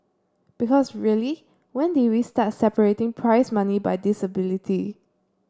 because really when did we start separating prize money by disability